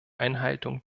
einhaltung